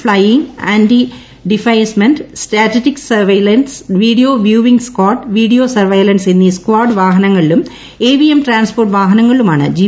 flying anti defacement static surveillance video viewing squad video surveillance എന്നീ squad വാഹനങ്ങളി ലും A V M transport വാഹനങ്ങളിലുമാണ് G